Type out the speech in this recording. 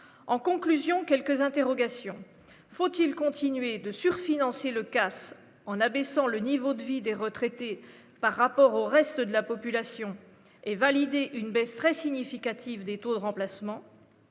en conclusion quelques interrogations : faut-il continuer de sur-financier le casse en abaissant le niveau de vie des retraités par rapport au reste de la population et validé une baisse très significative des taux de remplacement.